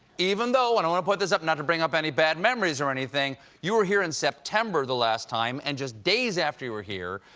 even though and i want to put this up, not to bring up any bad memories or anything you were here in september last time and just days after you were here,